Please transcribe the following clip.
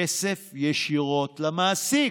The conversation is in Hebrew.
כסף ישירות למעסיק.